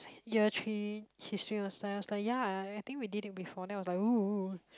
year three history last time I was like ya I think we did it before then I was like oo oo